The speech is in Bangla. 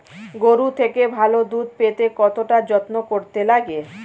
গরুর থেকে ভালো দুধ পেতে কতটা যত্ন করতে লাগে